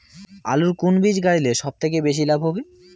আলুর কুন বীজ গারিলে সব থাকি বেশি লাভ হবে?